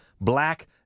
black